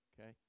Okay